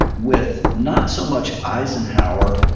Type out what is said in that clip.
with not so much eisenhower,